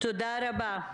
תודה רבה.